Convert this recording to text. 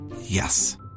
Yes